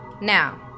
Now